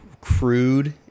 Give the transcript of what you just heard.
crude